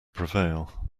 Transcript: prevail